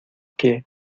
que